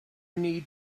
need